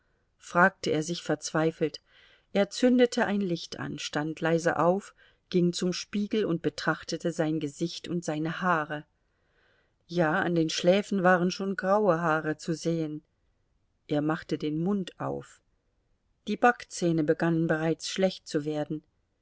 fragte er sich verzweifelt er zündete ein licht an stand leise auf ging zum spiegel und betrachtete sein gesicht und seine haare ja an den schläfen waren schon graue haare zu sehen er machte den mund auf die backzähne begannen bereits schlecht zu werden